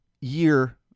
year